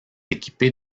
équipée